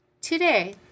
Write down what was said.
Today